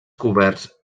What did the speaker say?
coberts